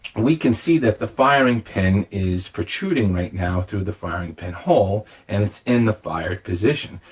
we can see that the firing pin is protruding right now through the firing pin hole and it's in the fired position.